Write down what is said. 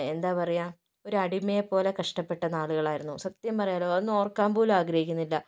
എന്താ പറയുക ഒരടിമയെപോലെ കഷ്ട്ടപ്പെട്ട നാളുകളായിരുന്നു സത്യം പറയാല്ലോ അതൊന്നും ഓർക്കാൻ പോലും ആഗ്രഹിക്കുന്നില്ല